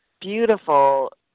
beautiful